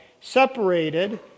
separated